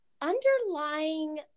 underlying